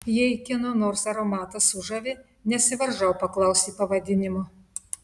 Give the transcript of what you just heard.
jei kieno nors aromatas sužavi nesivaržau paklausti pavadinimo